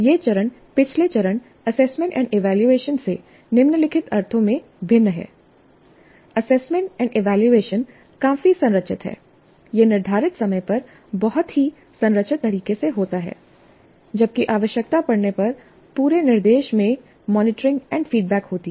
यह चरण पिछले चरण एसेसमेंट एंड इवेलुएशन से निम्नलिखित अर्थों में भिन्न है एसेसमेंट एंड इवेलुएशन काफी संरचित है यह निर्धारित समय पर बहुत ही संरचित तरीके से होता है जबकि आवश्यकता पड़ने पर पूरे निर्देश में मॉनिटरिंग एंड फीडबैक होती है